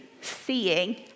seeing